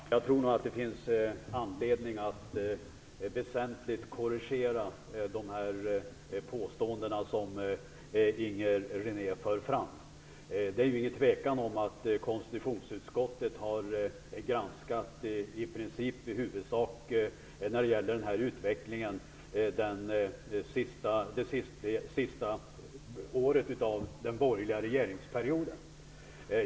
Herr talman! Jag tror att det finns anledning att väsentligt korrigera de påståenden som Inger René för fram. Det råder ju ingen tvekan om att konstitutionsutskottet i huvudsak har granskat utvecklingen under det sista året av den borgerliga regeringsperioden.